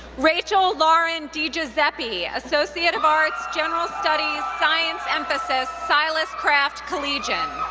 rachel lauren diguiseppe, associate of arts, general studies, science emphasis, silas craft collegian.